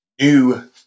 new